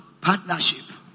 Partnership